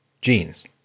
genes